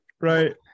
right